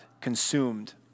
consumed